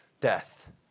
death